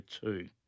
two